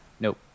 Nope